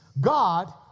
God